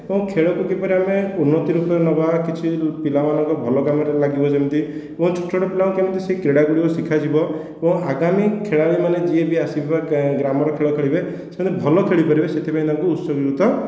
ଏବଂ ଖେଳକୁ କିପରି ଆମେ ଉନ୍ନତି ରୂପେ ନେବା କିଛି ପିଲାମାନଙ୍କର ଭଲ କାମରେ ଲାଗିବ ଯେମିତି ଏବଂ ଛୋଟ ଛୋଟ ପିଲାଙ୍କୁ କେମିତି ସେ କ୍ରୀଡ଼ା ଗୁଡ଼ାକ ଶିଖାଯିବ ଏବଂ ଆଗାମୀ ଖେଳାଳି ମାନେ ଯିଏ ବି ଆସିବେ ବା ଗ୍ରାମରେ ଖେଳ ଖେଳିବେ ସେମାନେ ଭଲ ଖେଳିପାରିବେ ସେଥିପାଇଁ ତାଙ୍କୁ ଉତ୍ସର୍ଗୀକୃତ